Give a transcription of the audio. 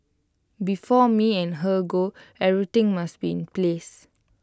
before me and her go everything must be in place